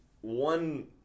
one